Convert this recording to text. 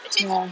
ya